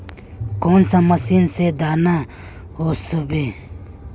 कौन मशीन से दाना ओसबे?